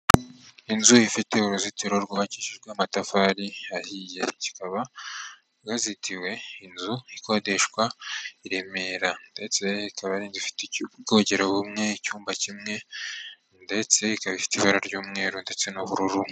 Inzu ifite uruzitiro rwubakishijwe amatafari ahiye kikaba bwazitiwe, inzu ikodeshwa i Remera ndetse ikaba ari inzu ifite ubwogero bumwe icyumba kimwe, ndetse ika ifite ibara ry'umweru ndetse n'ubururu.